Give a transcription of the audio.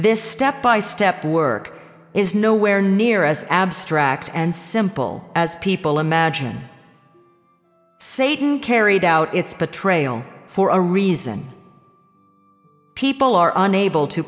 this step by step work is nowhere near as abstract and simple as people imagine satan carried out its patrol for a reason people are unable to